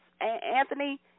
Anthony